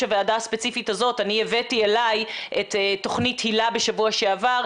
הוועדה הספציפית הזאת אני הבאתי אלי את תוכנית היל"ה בשבוע שעבר,